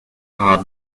are